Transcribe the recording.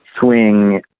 swing